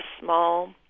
small